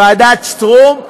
ועדת שטרום?